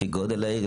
לפי גודל העיר,